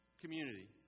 community